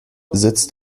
sitzt